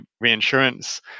reinsurance